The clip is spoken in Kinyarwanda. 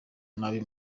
nabi